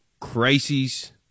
crises